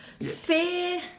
Fear